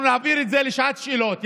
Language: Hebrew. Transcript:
אנחנו נהפוך את זה לשעת שאלות.